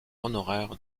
honoraire